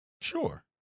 Sure